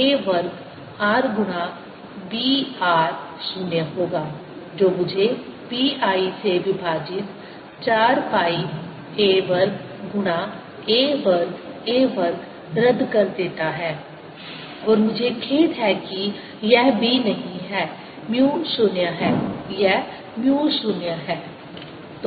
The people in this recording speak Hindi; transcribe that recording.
a वर्ग r गुणा b r 0 होगा जो मुझे b I से विभाजित 4 पाई a वर्ग गुणा a वर्ग a वर्ग रद्द कर देता है और मुझे खेद है कि यह b नहीं है म्यू 0 है यह म्यू 0 है